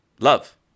love